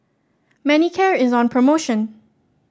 Manicare is on promotion